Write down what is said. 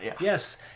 Yes